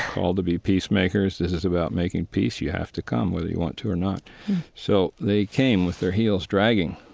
called to be peacemakers. this is about making peace. you have to come whether you want to or not so they came with their heels dragging.